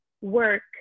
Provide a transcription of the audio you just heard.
work